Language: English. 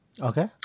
Okay